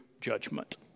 judgment